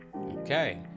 Okay